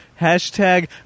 hashtag